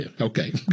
Okay